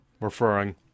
referring